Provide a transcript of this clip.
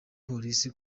polisi